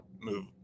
move